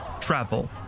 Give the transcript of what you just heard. travel